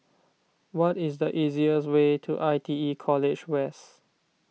what is the easiest way to I T E College West